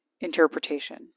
interpretation